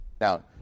Now